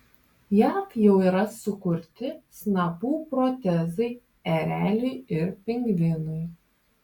jav jau yra sukurti snapų protezai ereliui ir pingvinui